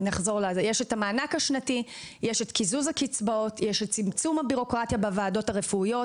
יש את קיזוז הקצבאות ויש את צמצום הבירוקרטיה בוועדות הרפואיות